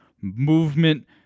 movement